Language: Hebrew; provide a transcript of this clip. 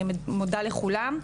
אני מודה לכולם.